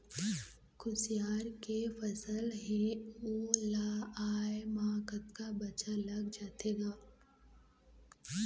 खुसियार के फसल हे ओ ला आय म कतका बछर लग जाथे गा?